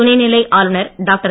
துணைநிலை ஆளுநர் டாக்டர்